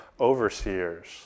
overseers